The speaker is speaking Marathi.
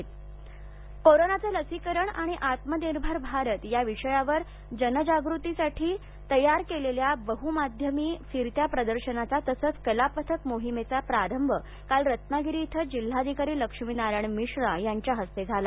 रत्नागिरी कोरोनाचं लसीकरण आणि आत्मनिर्भर भारत या विषयावर जनजागृतीसाठी तयार केलेल्या बहुमाध्यमी फिरत्या प्रदर्शनाचा तसेच कलापथक मोहिमेचा प्रारंभ काल रत्नागिरी इथं जिल्हाधिकारी लक्ष्मीनारायण मिश्रा यांच्या हस्ते झाला